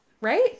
Right